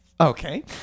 Okay